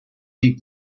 deep